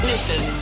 Listen